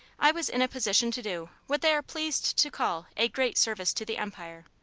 i was in a position to do what they are pleased to call a great service to the empire.